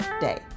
day